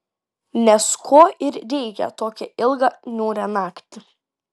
nes ko ir reikia tokią ilgą niūrią naktį